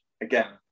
again